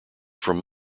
from